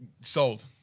sold